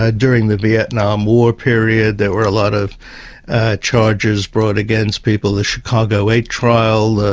ah during the vietnam war period there were a lot of charges brought against people the chicago eight trial,